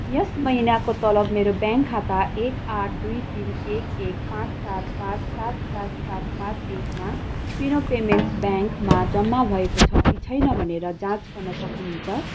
यस महिनाको तलब मेरो ब्याङ्क खाता एक आठ दुई तिन एक एक पाँच सात पाँच सात सात सात पाँच एकमा फिनो पेमेन्ट्स ब्याङ्कमा जम्मा भएको छ कि छैन भनेर जाँच गर्न सक्नुहुन्छ